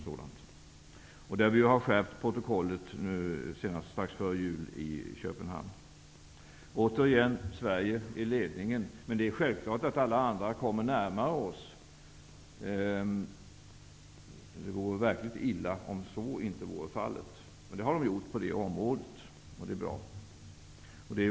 Strax före jul skärpte vi protokollet i Köpenhamn. Återigen är Sverige i ledningen. Men det är självklart att alla andra länder kommer närmare oss. Det vore verkligt illa om så inte vore fallet, men det har de gjort på det här området. Det är bra.